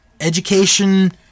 education